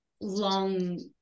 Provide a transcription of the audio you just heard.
long